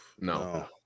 No